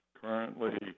currently